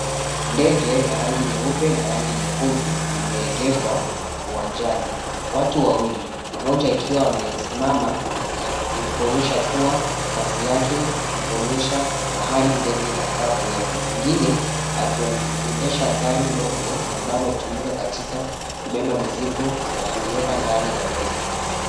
Ndege ya rangi nyeupe na rangi nyekundu imeengeshwa uwanjani, watu wawili mmoja akiwaamesimama kuonyesha kuwa kazi yake ni kuonyesha mahal ndege inafaa kuenda, mwingine akiendesha gari ndogo ambalo hutumika katika kubeba mzigo na kuiweka ndani ya ndege.